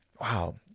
wow